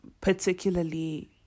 particularly